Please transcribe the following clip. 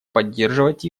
поддерживать